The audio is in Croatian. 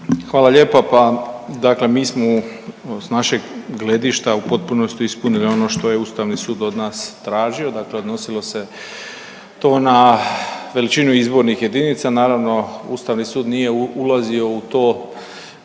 Hvala lijepa. Pa, dakle mi smo s našeg gledišta u potpunosti ispunili ono što je Ustavni sud od nas tražio, dakle odnosilo se to na veličinu izbornih jedinica. Naravno Ustavni sud nije ulazio u to